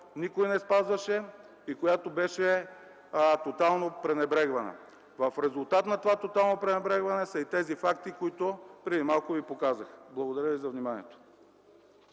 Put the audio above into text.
никой не спазваше и която беше тотално пренебрегвана. В резултат на това тотално пренебрегване са и тези факти, които преди малко ви показах. Благодаря.